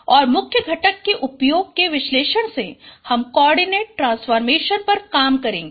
और मुख्य घटक के उपयोग के विश्लेषण से हम कोआर्डिनेट ट्रांसफॉर्मेशन पर काम करेगें